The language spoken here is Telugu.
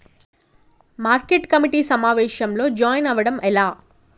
మార్కెట్ కమిటీ సమావేశంలో జాయిన్ అవ్వడం ఎలా?